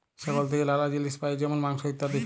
ছাগল থেক্যে লালা জিলিস পাই যেমল মাংস, ইত্যাদি